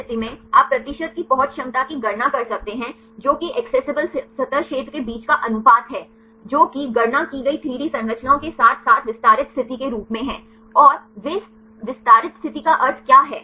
इस स्थिति में आप प्रतिशत की पहुंच क्षमता की गणना कर सकते हैं जो कि एक्सेसिबल सतह क्षेत्र के बीच का अनुपात है जो कि गणना की गई 3 डी संरचनाओं के साथ साथ विस्तारित स्थिति के रूप में है और वे विस्तारित स्थिति का अर्थ क्या है